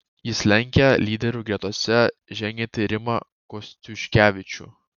jis lenkia lyderių gretose žengiantį rimą kostiuškevičių